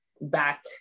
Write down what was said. back